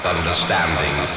Understanding